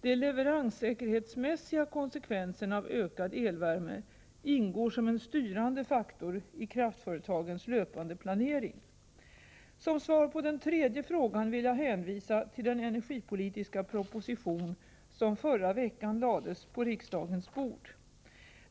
De leveranssäkerhetsmässiga konsekvenserna av ökad elvärme ingår som en styrande faktor i kraftföretagens löpande planering. Som svar på den tredje frågan vill jag hänvisa till den energipolitiska proposition som förra veckan lades på riksdagens bord.